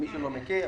מי שלא מכיר,